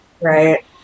Right